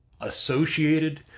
associated